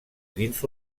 dins